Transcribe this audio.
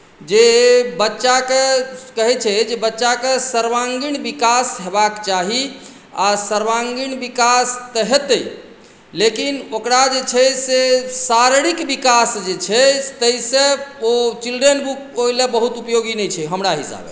जे बच्चाकेँ कहैत छै जे बच्चाकेँ सर्वांगीण विकास होयबाक चाही आ सर्वांगीण विकास तऽ हेतै लेकिन ओकरा जे छै से शारीरिक विकास जे छै ताहिसँ ओ चिल्ड्रेन बुक ओहिलेल बहुत उपयोगी नहि छै हमरा हिसाबे